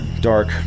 dark